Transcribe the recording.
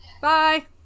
bye